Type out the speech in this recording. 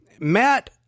Matt